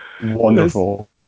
Wonderful